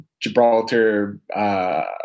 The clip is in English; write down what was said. Gibraltar –